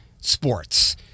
sports